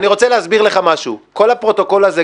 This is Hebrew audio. אני רוצה להסביר לך משהו: כל הפרוטוקול הזה,